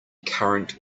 current